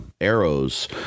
arrows